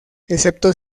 excepto